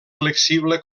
flexible